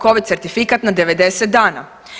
COVID certifikat na 90 dana.